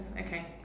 Okay